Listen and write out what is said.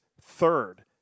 third